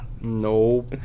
Nope